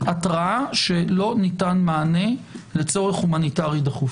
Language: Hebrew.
התראה שלא ניתן מענה לצורך הומניטרי דחוף.